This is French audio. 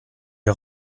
est